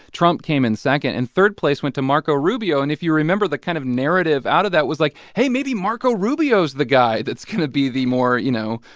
trump came in second, and third place went to marco rubio. and if you remember the kind of narrative out of that was, like, hey, maybe marco rubio's the guy that's going to be the more, you know,